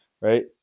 Right